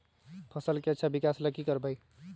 फसल के अच्छा विकास ला की करवाई?